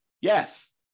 Yes